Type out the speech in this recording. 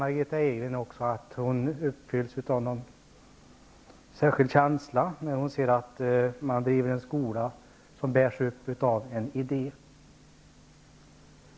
Margitta Edgren säger att hon uppfylls av någon särskild känsla när hon ser att man driver en skola som bärs upp av en idé.